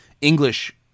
English